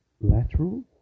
lateral